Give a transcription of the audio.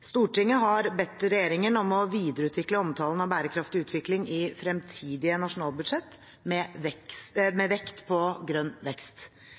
Stortinget har bedt regjeringen om å videreutvikle omtalen av bærekraftig utvikling i fremtidige nasjonalbudsjett, med vekt på grønn vekst.